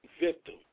Victim